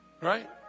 right